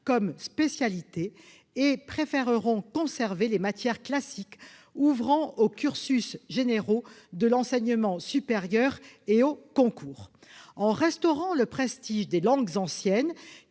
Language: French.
comme spécialité et préféreront conserver les matières classiques ouvrant aux cursus généraux de l'enseignement supérieur et aux concours. Avec la restauration du prestige des langues anciennes,